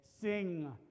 Sing